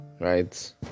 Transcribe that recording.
right